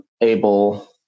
able